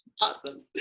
Awesome